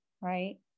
right